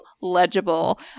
legible